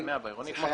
עד 100 שקל בעירוני.